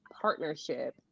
partnership